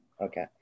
Okay